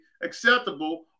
acceptable